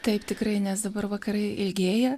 taip tikrai nes dabar vakarai ilgėja